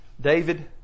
David